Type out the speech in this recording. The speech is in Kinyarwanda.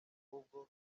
ahubwo